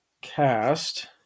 cast